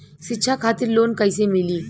शिक्षा खातिर लोन कैसे मिली?